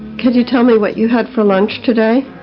can you tell me what you had for lunch today?